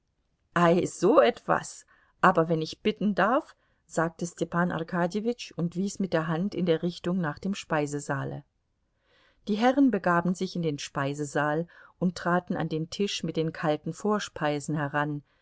ei so etwas aber wenn ich bitten darf sagte stepan arkadjewitsch und wies mit der hand in der richtung nach dem speisesaale die herren begaben sich in den speisesaal und traten an den tisch mit den kalten vorspeisen heran